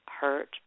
hurt